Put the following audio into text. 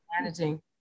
managing